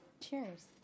Cheers